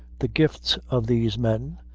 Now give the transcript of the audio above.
the gifts of these men,